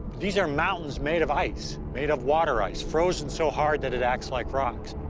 these are mountains made of ice, made of water ice, frozen so hard that it acts like rocks.